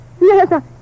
Yes